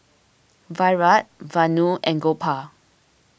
Virat Vanu and Gopal